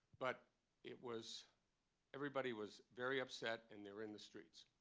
but it was everybody was very upset, and they were in the streets.